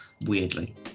weirdly